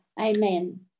Amen